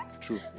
true